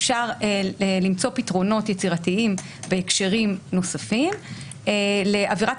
אפשר למצוא פתרונות יצירתיים בהקשרים נוספים לעבירת